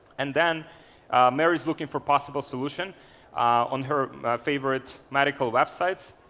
and then mary's looking for possible solution on her favorite medical websites.